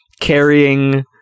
carrying